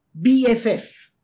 BFF